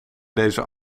deze